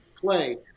play